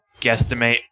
guesstimate